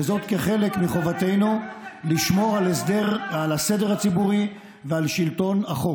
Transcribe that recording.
וזאת כחלק מחובתנו לשמור על הסדר הציבורי ועל שלטון החוק.